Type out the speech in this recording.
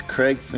Craig